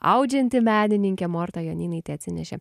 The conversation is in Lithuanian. audžianti menininkė morta jonynaitė atsinešė